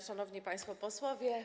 Szanowni Państwo Posłowie!